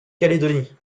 calédonie